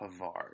Pavard